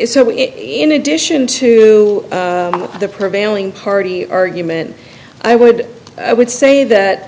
is so it in addition to the prevailing party argument i would i would say that